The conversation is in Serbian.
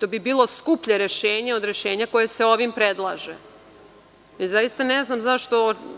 To bi bilo skuplje rešenje od rešenja koje se predlaže. Ne znam